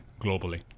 globally